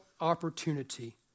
opportunity